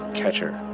catcher